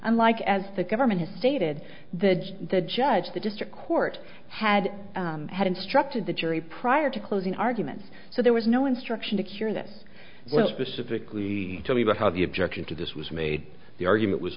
unlike as the government has stated the judge the judge the district court had had instructed the jury prior to closing arguments so there was no instruction to cure this was specifically talking about how the objection to this was made the argument was